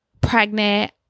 pregnant